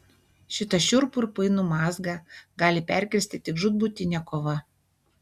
šitą šiurpų ir painų mazgą gali perkirsti tik žūtbūtinė kova